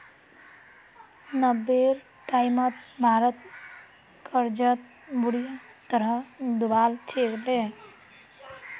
नब्बेर टाइमत भारत कर्जत बुरी तरह डूबाल छिले